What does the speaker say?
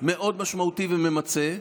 מאוד משמעותי וממצה.